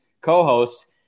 co-host